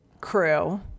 crew